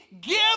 give